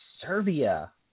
Serbia